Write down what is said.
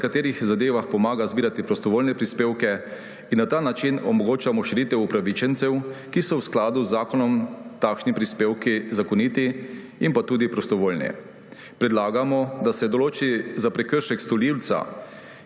da v nekaterih zadevah pomaga zbirati prostovoljne prispevke, in na ta način omogočamo širitev upravičencev, ko so v skladu z zakonom takšni prispevki zakoniti in tudi prostovoljni. Predlagamo, da se določi prekršek za storilca,